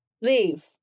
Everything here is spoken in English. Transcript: Leave